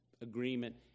agreement